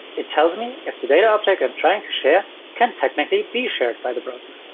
it tells me if the data object i'm trying to share can technically be shared by the browser.